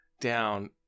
down